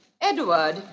Edward